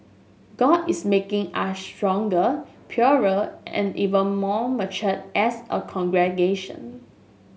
god is making us stronger purer and even more mature as a congregation